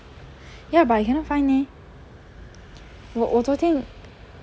ya but I cannot find eh